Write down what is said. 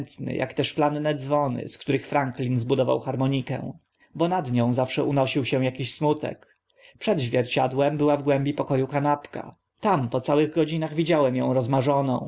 ak te szklane dzwony z których franklin zbudował harmonikę bo nad nią zawsze unosił się akiś smutek przed zwierciadłem była w głębi poko u kanapka tam po całych godzinach widziałem ą rozmarzoną